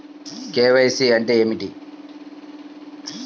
KYC అంటే ఏమి?